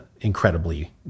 incredibly